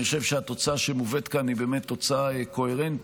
אני חושב שהתוצאה שמובאת כאן היא באמת תוצאה קוהרנטית,